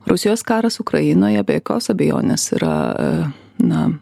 rusijos karas ukrainoje be jokios abejonės yra na